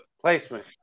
placement